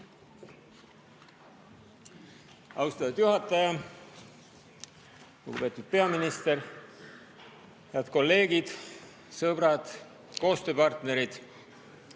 Austatud juhataja! Lugupeetud peaminister! Head kolleegid, sõbrad, koostööpartnerid!